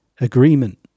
agreement